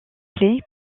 clé